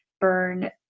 burn